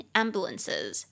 ambulances